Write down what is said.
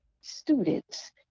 students